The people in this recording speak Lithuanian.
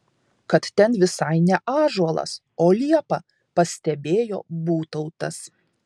kad ten visai ne ąžuolas o liepa pastebėjo būtautas